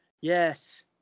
yes